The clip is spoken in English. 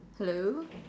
hello